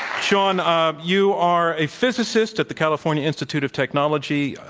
sean, um you are a physicist at the california institute of technology.